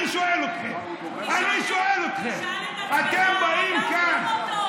אני שואל אתכם, אני שואל אתכם: אתם באים, כאן,